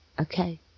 okay